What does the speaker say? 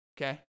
okay